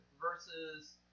versus